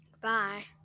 bye